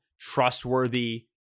trustworthy